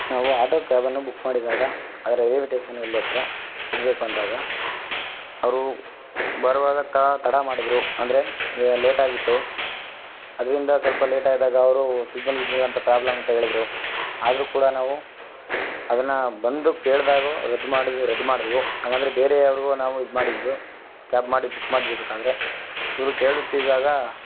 ನಾವು ಆಟೋ ಕ್ಯಾಬನ್ನು ಬುಕ್ ಮಾಡಿದಾಗ ಅದು ರೈಲ್ವೇ ಟೇಷನಲ್ಲಿ ಹತ್ರ ಹೋಗಬೇಕು ಅಂದಾಗ ಅವರು ಬರುವಾಗ ತಡ ಮಾಡಿದರು ಅಂದರೆ ಲೇಟಾಗಿತ್ತು ಅದರಿಂದ ಸ್ವಲ್ಪ ಲೇಟಾದಾಗ ಅವರೂ ಸಿಗ್ನಲ್ ಗಿಗ್ನಲ್ ಅಂತ ಪ್ರಾಬ್ಲಮ್ ಅಂತ ಹೇಳಿದ್ರು ಆದರೂ ಕೂಡ ನಾವು ಅದನ್ನು ಬಂದು ಕೇಳಿದಾಗೂ ರದ್ದು ಮಾಡಿದ್ವಿ ರದ್ದು ಮಾಡಿದ್ವು ಹಂಗದ್ರೆ ಬೇರೆಯವ್ರಿಗೂ ನಾವು ಇದು ಮಾಡಿದ್ವು ಕ್ಯಾಬ್ ಮಾಡಿ ಬುಕ್ ಮಾಡಿರಬೇಕಾದ್ರೆ ಇವರು ಕೇಳುತ್ತಿದ್ದಾಗ